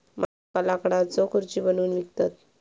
माझे काका लाकडाच्यो खुर्ची बनवून विकतत